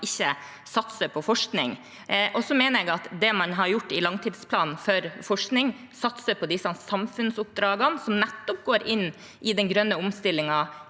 ikke satser på forskning. Jeg mener at det man har gjort i langtidsplanen for forskning, med å satse på disse samfunnsoppdragene som nettopp går inn i den grønne omstillingen,